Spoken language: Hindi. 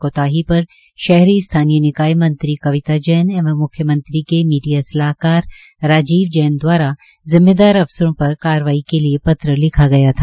कोताही प शहर स्थानीय निकाय मंत्री कविता जैन एवं म्ख्यमंत्री के मीडिया सलाहकार राजीव जैन दवारा जिम्मेदार अफसरों पर कारवाई के लिए पत्र लिखा गया था